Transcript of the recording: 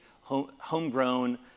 homegrown